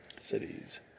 cities